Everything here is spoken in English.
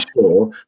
sure